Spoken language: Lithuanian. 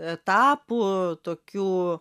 etapų tokių